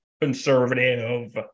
conservative